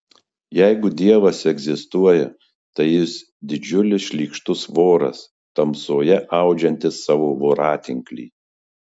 jeigu dievas egzistuoja tai jis didžiulis šlykštus voras tamsoje audžiantis savo voratinklį